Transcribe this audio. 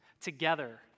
together